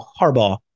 Harbaugh